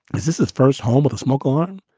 is this his first home with a smoke on,